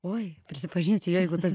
oi prisipažinsiu jeigu tas